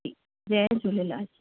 ठीकु जय झूलेलाल